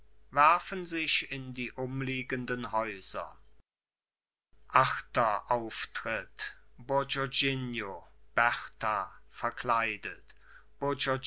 werfen sich in die umliegenden häuser achter auftritt bourgognino berta verkleidet